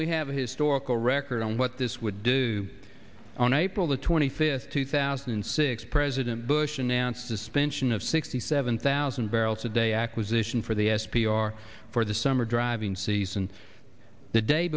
we have a historical record on what this would do on april twenty fifth two thousand and six president bush announced suspension of sixty seven thousand barrels a day acquisition for the s p r for the summer driving season the day